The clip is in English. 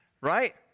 right